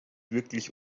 wirklich